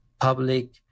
public